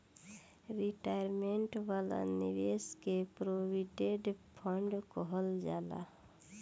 retirement वाला निवेश के प्रोविडेंट फण्ड कहल जाला